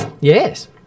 Yes